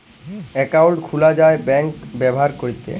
account খুলা যায় bank ব্যাভার ক্যরতে